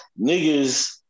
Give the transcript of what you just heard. niggas